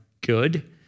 good